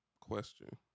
question